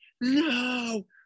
no